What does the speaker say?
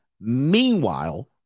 Meanwhile